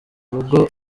urugo